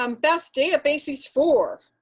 um best databases for,